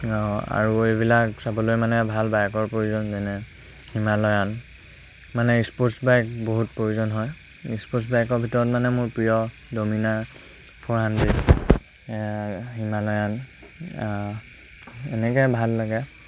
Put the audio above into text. আৰু এইবিলাক চাবলৈ মানে ভাল বাইকৰ প্ৰয়োজন যেনে হিমালয়ান মানে স্পৰ্টছ বাইক বহুত প্ৰয়োজন হয় স্পৰ্টছ বাইকৰ ভিতৰত মানে মোৰ প্ৰিয় ড'মিনাৰ ফ'ৰ হাণ্ড্ৰেড হিমালয়ান এনেকৈ ভাল লাগে